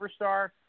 superstar